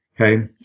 Okay